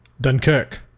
Dunkirk